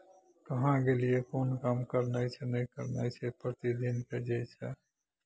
कहाँ गेलियै कोन काम करनाइ छै नहि करनाइ छै प्रतिदिनके जे